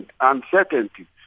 uncertainty